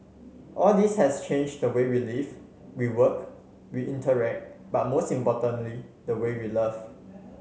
all this has changed the way we live we work we interact but most importantly the way we love